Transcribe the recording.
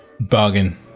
Bargain